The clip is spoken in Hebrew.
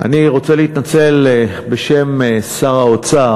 אני רוצה להתנצל בשם שר האוצר.